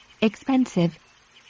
Expensive